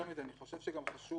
יותר מזה, אני חושב שגם חשוב